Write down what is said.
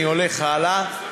אני הולך הלאה.